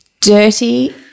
Dirty